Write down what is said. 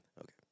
Okay